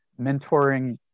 mentoring